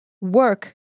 work